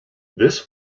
this